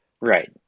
Right